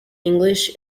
english